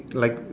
like